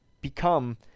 become